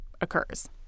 occurs